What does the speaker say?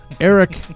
Eric